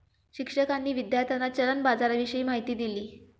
शिक्षकांनी विद्यार्थ्यांना चलन बाजाराविषयी माहिती दिली